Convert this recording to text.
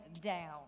down